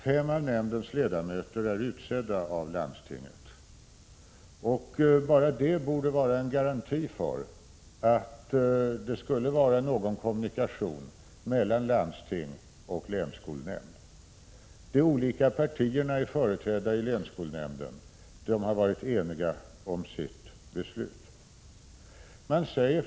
Fem av nämndens ledamöter är utsedda av landstinget. Bara detta borde vara en garanti för att det finns en kommunikation mellan landstinget och länsskolnämnden. De olika partierna är företrädda i länsskolnämnden, och de har varit eniga om beslutet.